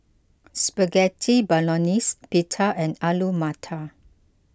Spaghetti Bolognese Pita and Alu Matar